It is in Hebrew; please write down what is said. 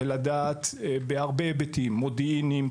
בהרבה היבטים: מודיעיניים,